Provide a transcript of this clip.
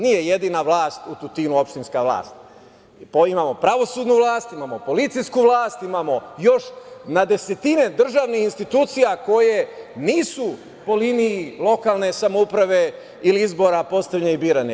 Nije jedina vlast u Tutinu, opštinska vlast, imamo pravosudnu vlast, imamo policijsku vlast, imamo još na desetine državnih institucija koje nisu po liniji lokalne samouprave ili izbora postavljene i birane.